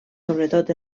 sobretot